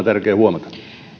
tärkeä huomata